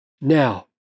Now